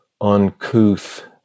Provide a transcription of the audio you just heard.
uncouth